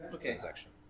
transaction